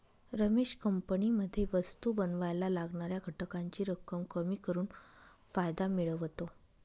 रमेश कंपनीमध्ये वस्तु बनावायला लागणाऱ्या घटकांची रक्कम कमी करून फायदा मिळवतो